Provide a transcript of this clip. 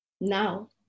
Now